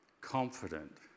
confident